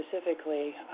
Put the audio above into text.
specifically